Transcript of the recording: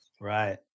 Right